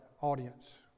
audience